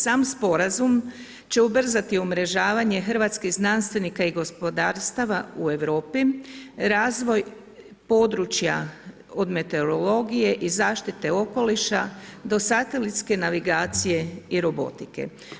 Sam sporazum će ubrzati umrežavanje hrvatskih znanstvenika i gospodarstava u Europi, razvoj područja od meteorologije i zaštite okoliša do satelitske navigacije i robotike.